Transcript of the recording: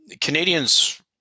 Canadians